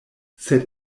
sed